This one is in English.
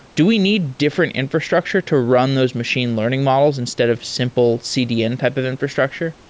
do we need different infrastructure to run those machine learning models instead of simple cdn type of infrastructure?